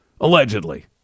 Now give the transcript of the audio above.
allegedly